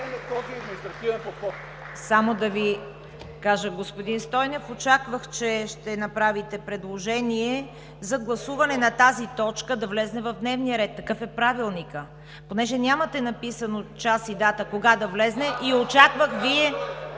Само да Ви кажа, господин Стойнев, очаквах, че ще направите предложение за гласуване тази точка да влезе в дневния ред – такъв е Правилникът. Понеже нямате написан час и дата кога да влезе и очаквах Вие…